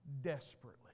desperately